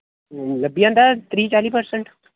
लब्भी जंदा ऐ त्रीह् चाली परसैंट